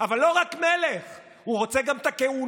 אבל לא רק מלך, הוא רוצה גם את הכהונה.